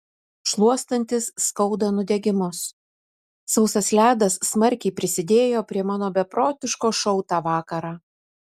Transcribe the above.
šluostantis skauda nudegimus sausas ledas smarkiai prisidėjo prie mano beprotiško šou tą vakarą